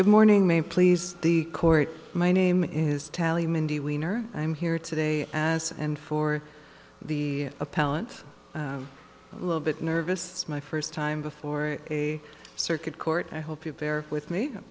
good morning may please the court my name is tally mindy wiener i'm here today as and for the appellant a little bit nervous my first time before a circuit court i hope you bear with me